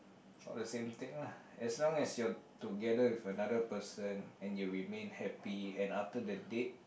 for the same thing lah as long as you are together with another person and you remain happy and after the date